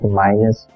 minus